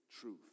Truth